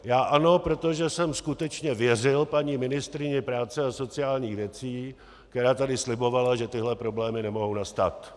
Já ano, protože jsem skutečně věřil paní ministryni práce a sociálních věcí, která tady slibovala, že tyhle problémy nemohou nastat.